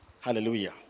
Hallelujah